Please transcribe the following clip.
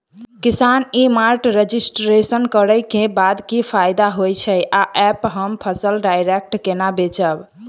किसान e mart registration करै केँ बाद की फायदा होइ छै आ ऐप हम फसल डायरेक्ट केना बेचब?